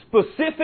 specific